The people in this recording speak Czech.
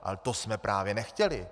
Ale to jsme právě nechtěli.